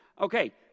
Okay